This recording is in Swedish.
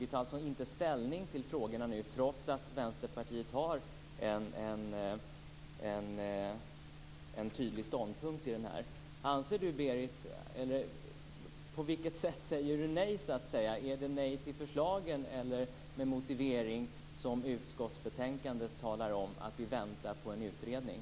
Vi tar alltså inte ställning till frågorna nu, trots att Vänsterpartiet har en tydligt ståndpunkt i frågan. På vilket sätt säger Berit Adolfsson nej? Är det nej till förslaget, eller är motiveringen den som utskottsbetänkandet talar om, nämligen att vi väntar på en utredning?